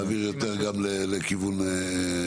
זה אני רוצה להעביר יותר גם לכיוון עינת.